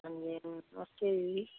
ਹਾਂਜੀ ਹਾਂਜੀ ਨਮਸਤੇ ਜੀ